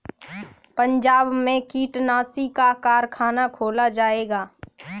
पंजाब में कीटनाशी का कारख़ाना खोला जाएगा